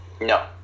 No